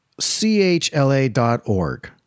chla.org